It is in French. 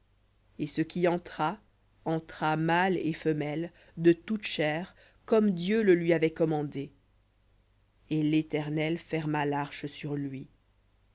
et ce qui entra entra mâle et femelle de toute chair comme dieu le lui avait commandé et l'éternel ferma sur lui